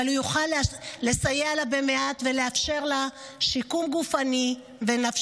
אבל הוא יוכל לסייע לה במעט ולאפשר לה שיקום גופני ונפשי.